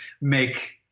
make